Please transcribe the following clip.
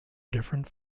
different